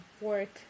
work